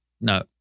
No